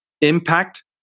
impact